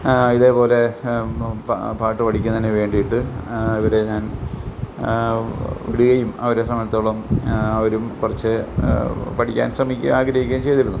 ഇതേപോലെ പാട്ട് പഠിക്കുന്നതിന് വേണ്ടിയിട്ട് അവരെ ഞാൻ വിടുകയും അവരെ സംബന്ധിച്ചിടത്തോളം അവരും കുറച്ച് പഠിക്കാൻ ശ്രെമിക്കുക ആഗ്രഹിക്കുകയും ചെയ്തിരുന്നു